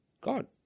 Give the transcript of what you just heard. God